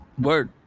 word